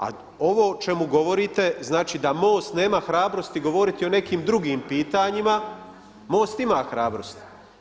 A ovo o čemu govorite, znači da MOST nema hrabrosti govoriti o nekim drugim pitanjima, MOST ima hrabrosti.